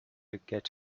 get